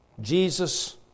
Jesus